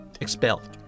expelled